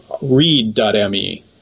read.me